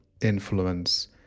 influence